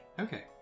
Okay